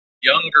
younger